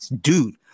dude